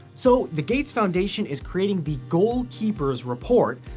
so the gates foundation is creating the goalkeepers report,